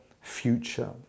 future